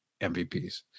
MVPs